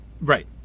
Right